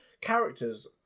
characters